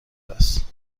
است